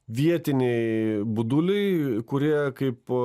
vietiniai buduliai kurie kaip